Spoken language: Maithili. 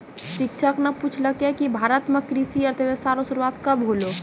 शिक्षक न पूछलकै कि भारत म कृषि अर्थशास्त्र रो शुरूआत कब होलौ